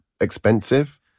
expensive